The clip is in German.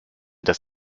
dass